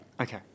Okay